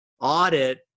audit